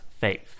faith